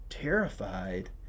Terrified